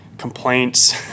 complaints